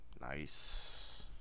Nice